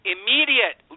Immediate